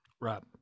Right